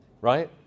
Right